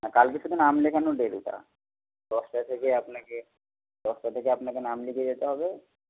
হ্যাঁ কালকে শুধু নাম লেখানোর ডেট ওটা দশটা থেকে আপনাকে দশটা থেকে আপনাকে নাম লিখিয়ে যেতে হবে